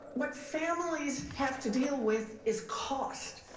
what families have to deal with is cost.